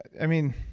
i mean,